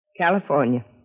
California